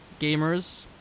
gamers